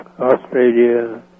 Australia